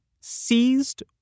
seized